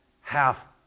half